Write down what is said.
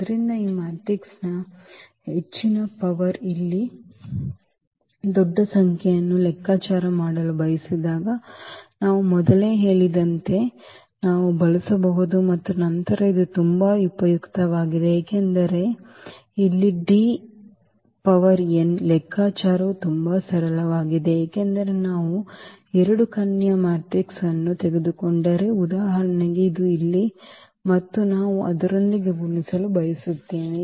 ಆದ್ದರಿಂದ ಈ ಮ್ಯಾಟ್ರಿಕ್ಸ್ನ ಈ ಹೆಚ್ಚಿನ ಶಕ್ತಿಯನ್ನು ಇಲ್ಲಿ ದೊಡ್ಡ ಸಂಖ್ಯೆಯನ್ನು ಲೆಕ್ಕಾಚಾರ ಮಾಡಲು ಬಯಸಿದಾಗ ನಾವು ಮೊದಲೇ ಹೇಳಿದಂತೆ ನಾವು ಬಳಸಬಹುದು ಮತ್ತು ನಂತರ ಇದು ತುಂಬಾ ಉಪಯುಕ್ತವಾಗಿದೆ ಏಕೆಂದರೆ ಇಲ್ಲಿ ಲೆಕ್ಕಾಚಾರವು ತುಂಬಾ ಸರಳವಾಗಿದೆ ಏಕೆಂದರೆ ನಾವು 2 ಕರ್ಣೀಯ ಮ್ಯಾಟ್ರಿಕ್ಸ್ ಅನ್ನು ತೆಗೆದುಕೊಂಡರೆ ಉದಾಹರಣೆಗೆ ಇದು ಇಲ್ಲಿ ಮತ್ತು ನಾವು ಅದರೊಂದಿಗೆ ಗುಣಿಸಲು ಬಯಸುತ್ತೇವೆ